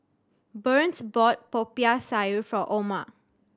Burns bought Popiah Sayur for Oma